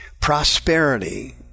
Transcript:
prosperity